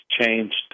changed